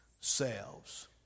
selves